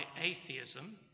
atheism